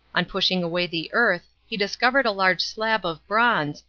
on pushing away the earth he discovered a large slab of bronze,